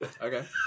okay